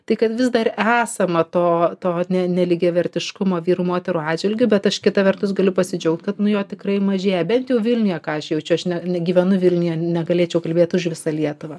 tai kad vis dar esama to to nelygiavertiškumo vyrų moterų atžvilgiu bet aš kita vertus galiu pasidžiaugt kad nu jo tikrai mažėja bent jau vilniuje ką aš jaučiu aš negyvenu vilniuje negalėčiau kalbėti už visą lietuvą